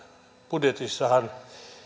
budjetissahan